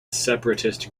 separatist